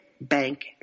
Bank